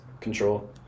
control